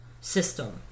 system